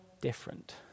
different